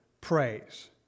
praise